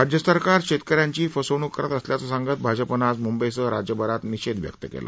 राज्य सरकार शेतक यांची फसवण्क करत असल्याचं सांगत भाजपानं आज मंंबईसह राज्यभरात निषेध व्यक्त केला